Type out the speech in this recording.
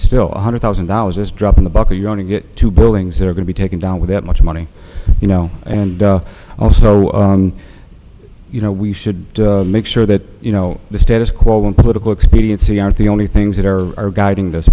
still one hundred thousand dollars just drop in the bucket you're going to get two buildings that are going to be taken down with that much money you know and also you know we should make sure that you know the status quo and political expediency aren't the only things that are guiding this